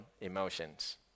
emotions